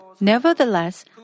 Nevertheless